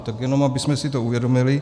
Tak jenom abychom si to uvědomili.